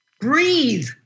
breathe